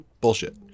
Bullshit